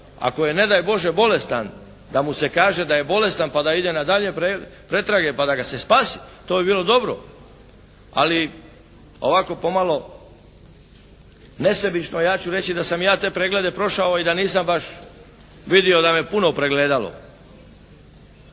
ako je ne daj Bože bolestan da mu se kaže da je bolestan pa da ide na daljnje pretrage pa da ga se spasi. To bi bilo dobro, ali ovako pomalo nesebično ja ću reći da sam ja te preglede prošao i da nisam baš vidio da me puno pregledalo.